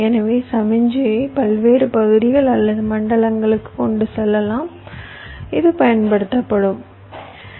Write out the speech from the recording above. எனவே சமிஞ்சையை பல்வேறு பகுதிகள் அல்லது மண்டலங்களுக்கு கொண்டு செல்லவும் இது பயன்படுத்தப்படலாம்